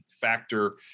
factor